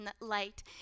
light